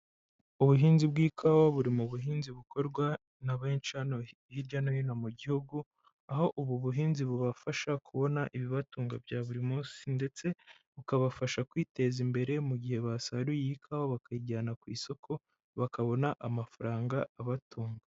Ubuhinzi bw'ikawa buri mu buhinzi bukorwa na benci hano hirya no hino mu gihugu, aho ubu buhinzi bubafasha kubona ibibatunga bya buri munsi ndetse bukabafasha kwiteza imbere mu gihe basaruye ikawa bakayijyana ku isoko bakabona amafaranga abatunga.